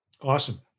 Awesome